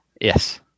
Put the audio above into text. Yes